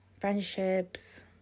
friendships